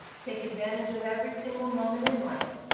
take advantage of every single moment in life,